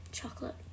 chocolate